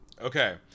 Okay